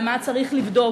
במה צריך לבדוק,